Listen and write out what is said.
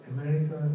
America